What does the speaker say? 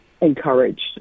encouraged